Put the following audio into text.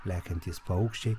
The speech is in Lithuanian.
lekiantys paukščiai